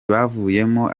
bavuyemo